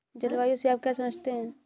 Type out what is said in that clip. जलवायु से आप क्या समझते हैं?